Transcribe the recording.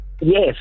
Yes